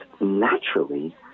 naturally